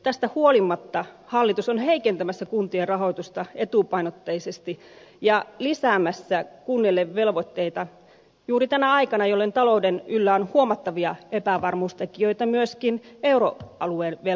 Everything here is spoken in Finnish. tästä huolimatta hallitus on heikentämässä kuntien rahoitusta etupainotteisesti ja lisäämässä kunnille velvoitteita juuri tänä aikana jolloin talouden yllä on huomattavia epävarmuustekijöitä myöskin euroalueen velkakriisistä johtuen